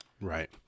Right